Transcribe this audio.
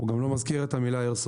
הוא גם לא מזכיר את המילה איירסופט.